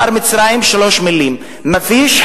הוא אמר: מצרים היא שלוש מלים: מפיש,